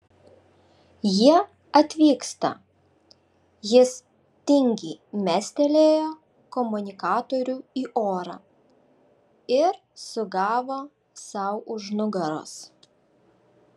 jie atvyksta jis tingiai mestelėjo komunikatorių į orą ir sugavo sau už nugaros